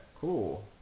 cool